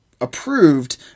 approved